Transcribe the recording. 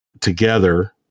together